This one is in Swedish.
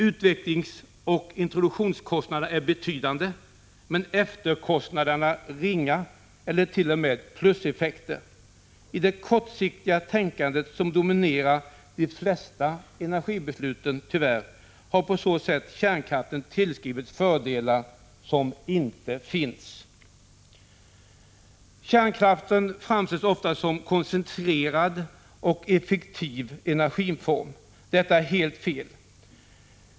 Utvecklingsoch introduktionskostnaderna är betydande men efterkostnaderna är ringa eller ger t.o.m. pluseffekter. I det kortsiktiga tänkande som tyvärr dominerar de flesta energibeslut har på så sätt kärnkraften tillskrivits fördelar som inte finns. Kärnkraften framställs ofta som en koncentrerad och effektiv energiform. Detta är helt fel.